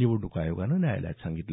निवडणूक आयोगानं न्यायालयात सांगितलं